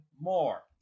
more